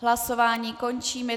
Hlasování končím.